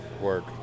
work